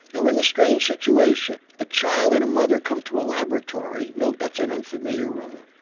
now in the strange situation the child and a mother come to a laboratory, note that's an unfamiliar room,